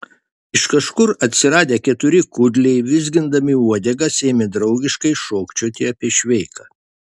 iš kažkur atsiradę keturi kudliai vizgindami uodegas ėmė draugiškai šokčioti apie šveiką